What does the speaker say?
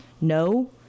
no